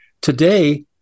Today